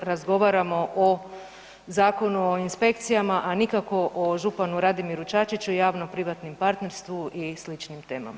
Razgovaramo o Zakonu o inspekcijama, a nikako o županu Radimiru Čačiću i javno privatnom partnerstvu i sličnim temama.